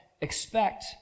expect